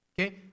Okay